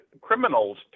criminals